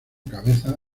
cabeza